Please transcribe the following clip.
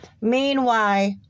Meanwhile